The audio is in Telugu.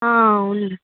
అవును